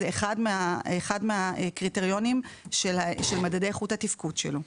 זה אחד מהקריטריונים של מדדי איכות התפקוד שלו.